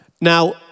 Now